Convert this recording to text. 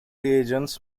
reagents